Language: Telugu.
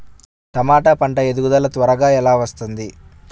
టమాట పంట ఎదుగుదల త్వరగా ఎలా వస్తుంది?